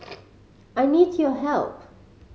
I need your help